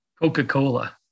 Coca-Cola